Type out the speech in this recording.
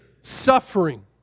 suffering